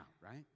right